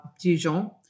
Dijon